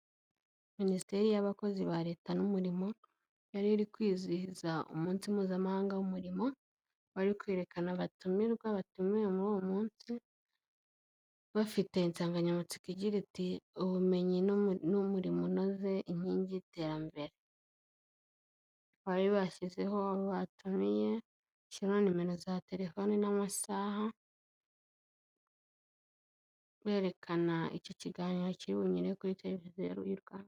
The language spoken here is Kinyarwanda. Minisiteri y'abakozi ba leta n'umurimo, yari iri kwizihiza umunsi mpuzamahanga w'umurimo, bari kwerekana abatumirwa batumiwe muri uwo munsi, bafite insanganyamatsiko igira iti "ubumenyi n'umurimo unoze, inkingi y'iterambere" bari bashyizeho abo batumiye, bashiraho numero za telefoni n'amasaha, berekana icyo kiganiro kiri bunyure kuri televiziyo y'u Rwanda.